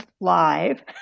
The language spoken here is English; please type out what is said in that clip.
live